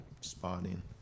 Spotting